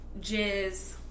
jizz